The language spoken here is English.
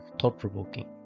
thought-provoking